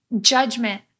judgment